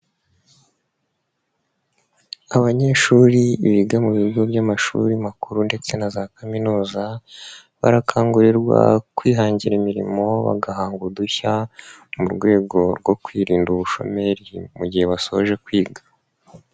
Abanyeshuri biga mu bigo by'amashuri makuru ndetse na za kaminuza, barakangurirwa kwihangira imirimo bagahanga udushya, mu rwego rwo kwirinda ubushomeri mu gihe basoje kwiga.